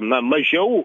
na mažiau